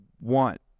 want